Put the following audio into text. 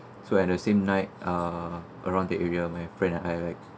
so at the same night uh around that area my friend and I